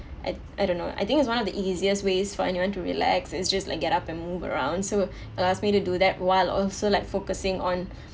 I I don't know I think it's one of the easiest ways for anyone to relax it's just like get up and move around so uh ask me to do that while also like focusing on